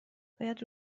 باید